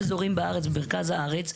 יש אזורים במרכז הארץ,